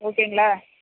ஓகேங்களா